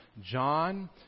John